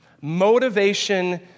Motivation